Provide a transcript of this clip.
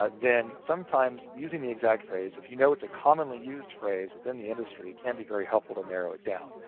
ah then sometimes, using the exact phrase, if you know it's a commonly used phrase within the industry, it can be very helpful to narrow it down.